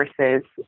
versus